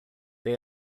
they